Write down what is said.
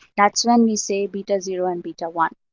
that's when we say beta zero and beta one.